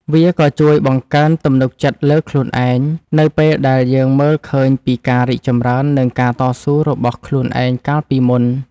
វាក៏ជួយបង្កើនទំនុកចិត្តលើខ្លួនឯង នៅពេលដែលយើងមើលឃើញពីការរីកចម្រើន និងការតស៊ូរបស់ខ្លួនឯងកាលពីមុន។